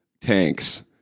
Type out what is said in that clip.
tanks